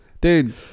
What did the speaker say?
dude